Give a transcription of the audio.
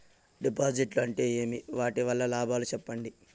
డిపాజిట్లు అంటే ఏమి? వాటి వల్ల లాభాలు సెప్పండి?